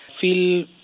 feel